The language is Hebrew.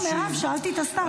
לא, מירב, שאלתי את השר.